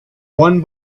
one